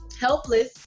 helpless